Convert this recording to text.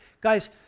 guys